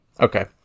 Okay